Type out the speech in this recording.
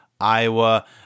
Iowa